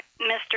Mr